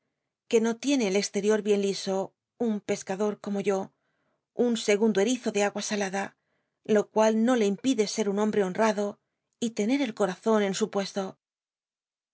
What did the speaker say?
que no tiene el exterior bien liso un escador como yo un segundo erizo ele agua salada lo cual no le impide ser un homl e honrado y tener el corazon en su puesto al